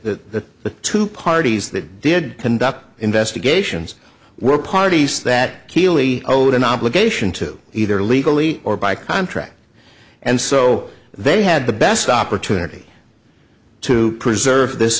the two parties that did conduct investigations were parties that keeley owed an obligation to either legally or by contract and so they had the best opportunity to preserve this